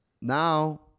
now